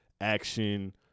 action